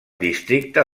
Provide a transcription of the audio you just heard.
districte